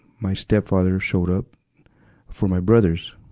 my stepfather showed up for my brothers.